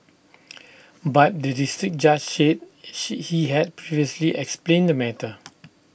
but the District Judge said she he had previously explained the matter